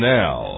now